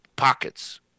pockets